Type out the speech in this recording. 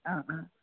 অঁ অঁ